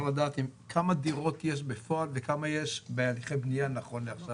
כמה דירות יש בפועל וכמה בהליכי בנייה נכון לעכשיו?